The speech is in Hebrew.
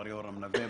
מר יורם נווה,